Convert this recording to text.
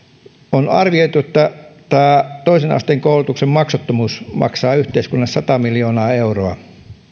on arvioitu että tämä toisen asteen koulutuksen maksuttomuus maksaa yhteiskunnalle sata miljoonaa euroa